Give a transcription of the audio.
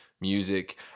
music